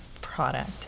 product